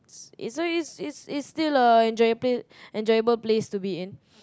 so is is is still a enjoy place enjoyable place to be in